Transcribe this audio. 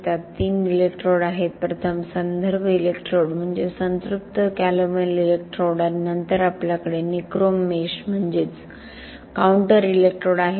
त्यात तीन इलेक्ट्रोड आहेत प्रथम संदर्भ इलेक्ट्रोड म्हणजे संतृप्त कॅलोमेल इलेक्ट्रोड आणि नंतर आपल्याकडे निक्रोम मेश म्हणजेच काउंटर इलेक्ट्रोड आहे